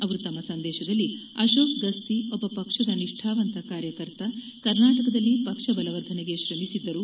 ಅವರು ತಮ್ನ ಸಂದೇಶದಲ್ಲಿ ಅಶೋಕ್ ಗಸ್ತಿ ಒಬ್ಬ ಪಕ್ಷದ ನಿಷ್ಟಾವಂತ ಕಾರ್ಯಕರ್ತ ಕರ್ನಾಟಕದಲ್ಲಿ ಪಕ್ಷ ಬಲವರ್ಧನೆಗೆ ಶ್ರಮಿಸಿದ್ದರು